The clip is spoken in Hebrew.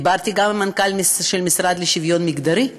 דיברתי גם עם מנכ"ל המשרד לשוויון מגדרי: